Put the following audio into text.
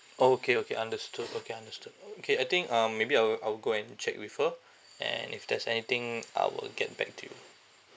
okay okay understood okay understood okay I think um maybe I will I will go and check with her and if there's anything I will get back to you